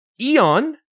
Eon